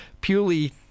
purely